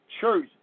church